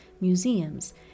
museums